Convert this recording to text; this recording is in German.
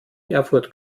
erfurt